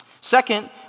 Second